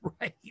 Right